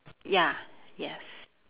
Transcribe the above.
ya yes